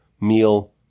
meal